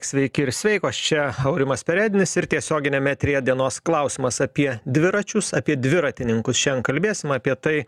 sveiki ir sveikos čia aurimas perednis ir tiesioginiam eteryje dienos klausimas apie dviračius apie dviratininkus šiandien kalbėsim apie tai